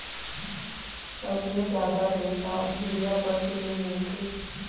सबले जादा रेसा भेड़िया पसु ले मिलथे